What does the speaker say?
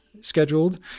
scheduled